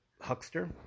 Huckster